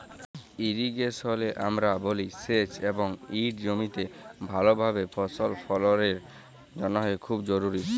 ইরিগেশলে আমরা বলি সেঁচ এবং ইট জমিতে ভালভাবে ফসল ফললের জ্যনহে খুব জরুরি